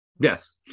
yes